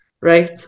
right